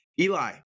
Eli